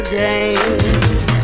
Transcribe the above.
games